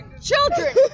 children